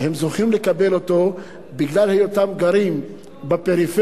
הם זוכים לקבל אותו בגלל היותם גרים בפריפריה.